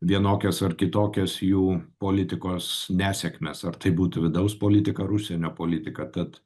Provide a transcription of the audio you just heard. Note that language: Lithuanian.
vienokias ar kitokias jų politikos nesėkmes ar tai būtų vidaus politika ir užsienio politika tad